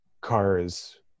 cars